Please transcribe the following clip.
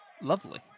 Lovely